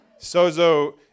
Sozo